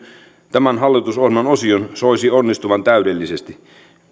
tämän hallitusohjelman osion soisi onnistuvan täydellisesti